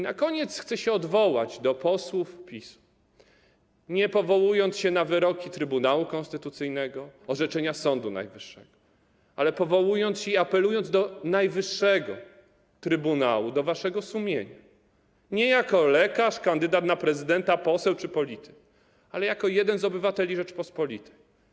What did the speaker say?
Na koniec chcę się odwołać do posłów PiS-u, nie powołując się na wyroki Trybunału Konstytucyjnego, orzeczenia Sądu Najwyższego, ale powołując się, apelując do najwyższego trybunału, do waszego sumienia, nie jako lekarz, kandydat na prezydenta, poseł czy polityk, ale jako jeden z obywateli Rzeczypospolitej.